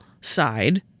side